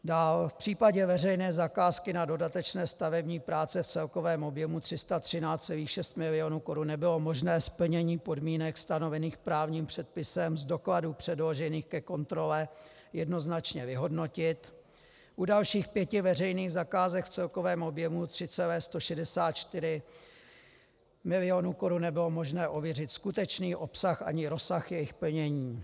Dál: V případě veřejné zakázky na dodatečné stavební práce v celkovém objemu 313,6 milionu korun nebylo možné splnění podmínek stanovených právním předpisem z dokladů předložených ke kontrole jednoznačně vyhodnotit, u dalších pěti veřejných zakázek v celkovém objemu 3,164 milionu korun nebylo možné ověřit skutečný obsah ani rozsah jejich plnění.